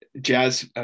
jazz